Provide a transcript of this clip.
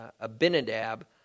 Abinadab